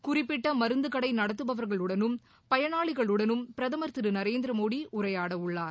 குறிப்பிட்ட மருந்துக்கடை நடத்தபவர்களுடனும் பயனாளிகளுடனும் பிரதமர் திரு நரேந்திர மோடி உரையாட உள்ளார்